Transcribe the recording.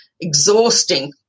exhausting